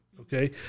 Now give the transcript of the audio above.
okay